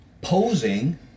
Posing